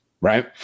right